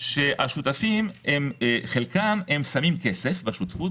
שחלק מהשותפים שמים כסף בשותפות,